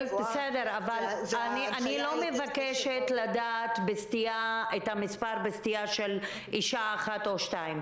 אני לא מבקשת לדעת את המספר בסטייה של אישה אחת או שתיים.